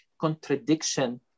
contradiction